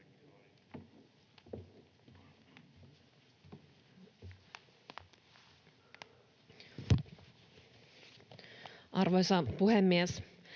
Arvoisa puhemies!